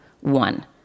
one